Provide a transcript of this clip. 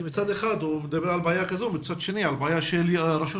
מצד אחד הוא מדבר על בעיה כזו ומצד שני על בעיה של רשות